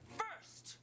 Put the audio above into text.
first